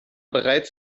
bereits